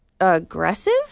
Aggressive